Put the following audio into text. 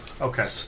Okay